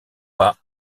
pas